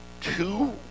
two